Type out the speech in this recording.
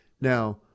Now